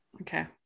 okay